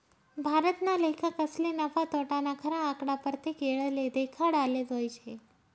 भारतना लेखकसले नफा, तोटाना खरा आकडा परतेक येळले देखाडाले जोयजे